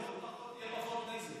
אולי אם יעבוד פחות יהיה פחות נזק.